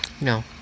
No